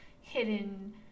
hidden